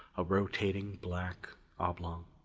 a rotating black oblong.